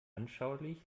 anschaulich